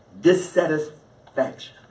dissatisfaction